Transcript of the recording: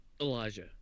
Elijah